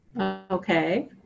Okay